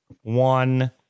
one